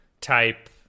type